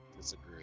disagree